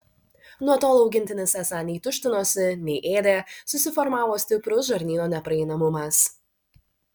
nuo tol augintinis esą nei tuštinosi nei ėdė susiformavo stiprus žarnyno nepraeinamumas